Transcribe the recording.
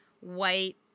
white